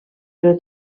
però